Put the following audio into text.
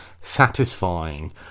satisfying